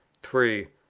three.